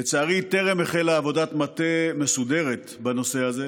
לצערי, טרם החלה עבודת מטה מסודרת בנושא הזה,